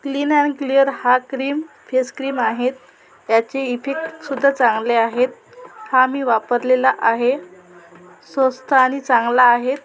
clean and clear हा cream face cream आहेत ह्याचे इफेक्ट सुद्धा चांगले आहेत हा मी वापरलेला आहे स्वस्त आणि चांगला आहेत